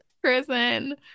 prison